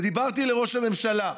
ודיברתי לראש הממשלה.